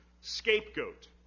scapegoat